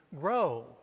grow